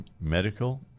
medical